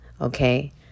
okay